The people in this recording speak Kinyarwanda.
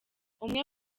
umwe